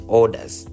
orders